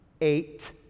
eight